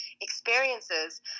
experiences